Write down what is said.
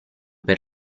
per